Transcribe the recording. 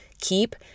keep